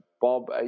Bob